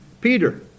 Peter